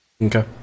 Okay